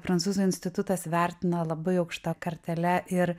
prancūzų institutas vertina labai aukšta kartele ir